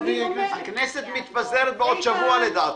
הכנסת מתפזרת בעוד שבוע, לדעתי.